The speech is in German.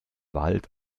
wald